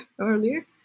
earlier